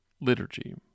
liturgy